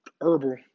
herbal